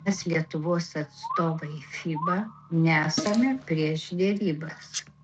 mes lietuvos atstovai fiba nesame prieš derybas